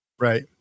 right